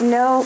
no